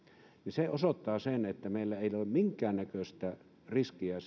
se osoittaa sen että meillä ei ole minkäännäköistä riskiä